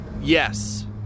Yes